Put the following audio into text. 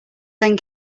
then